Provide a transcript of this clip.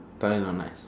try not nice